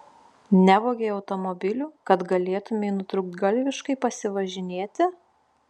nevogei automobilių kad galėtumei nutrūktgalviškai pasivažinėti